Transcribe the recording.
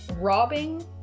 robbing